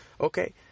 Okay